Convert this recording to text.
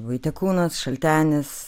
vaitiekūnas šaltenis